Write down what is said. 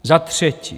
Za třetí.